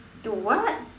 do what